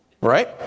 right